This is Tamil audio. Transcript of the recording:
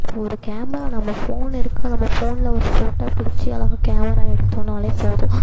இப்போ ஒரு கேமரா நம்ம ஃபோனு இருக்கு நம்ம ஃபோனில் ஒரு ஃபோட்டோ அழகாக கேமரா எடுத்தோம்னாலே போதும்